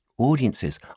audiences